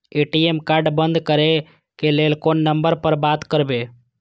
ATM card बंद करे के लेल कोन नंबर पर बात करबे?